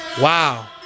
Wow